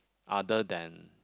other than